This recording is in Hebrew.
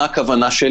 למה הכוונה?